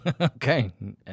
Okay